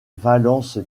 valence